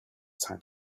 time